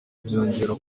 byongera